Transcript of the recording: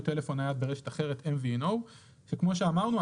טלפון נייד ברשת אחרת NVNO. כמו שאמרנו,